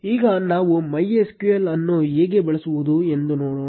ಈಗ ನಾವು MySQL ಅನ್ನು ಹೇಗೆ ಬಳಸುವುದು ಎಂದು ನೋಡೋಣ